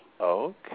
okay